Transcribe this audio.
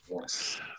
Yes